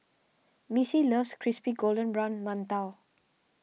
Missy loves Crispy Golden Brown Mantou